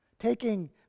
taking